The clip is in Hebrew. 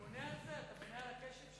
אתה בונה על הקשב שלו?